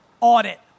audit